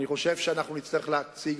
אני חושב שאנחנו נצטרך להציג,